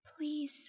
Please